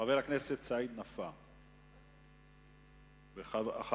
חבר הכנסת סעיד נפאע, ואחריו,